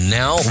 now